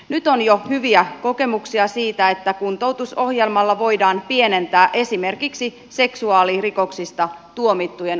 nyt on jo hyviä kokemuksia siitä että kuntoutusohjelmalla voidaan pienentää esimerkiksi seksuaalirikoksista tuomittujen uusiutumisriskiä